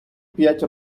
п’ять